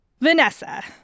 Vanessa